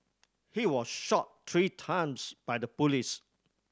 he was shot three times by the police